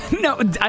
no